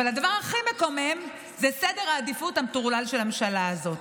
אבל הדבר הכי מקומם הוא סדר העדיפויות המטורלל של הממשלה הזאת.